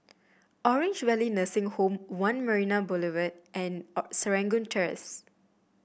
Orange Valley Nursing Home One Marina Boulevard and Serangoon Terrace